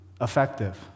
effective